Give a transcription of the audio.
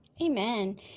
Amen